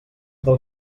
del